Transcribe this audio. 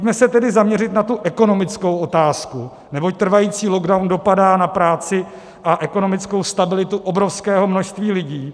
Pojďme se tedy zaměřit na tu ekonomickou otázku, neboť trvající lockdown dopadá na práci a ekonomickou stabilitu obrovského množství lidí.